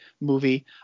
movie